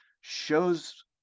shows